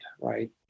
right